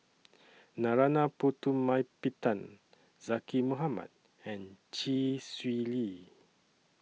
Narana Putumaippittan Zaqy Mohamad and Chee Swee Lee